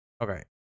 Okay